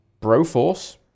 Broforce